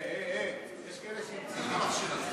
הי, יש כאלה שהמציאו את המכשיר הזה.